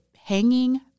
hanging